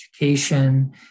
education